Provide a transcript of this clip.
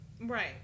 Right